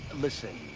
listen,